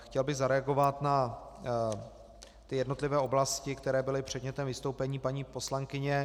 Chtěl bych zareagovat na jednotlivé oblasti, které byly předmětem vystoupení paní poslankyně.